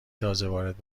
تازهوارد